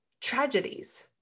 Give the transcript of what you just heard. tragedies